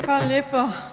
Hvala lijepo.